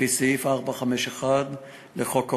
ולפי סעיף 451 לחוק העונשין,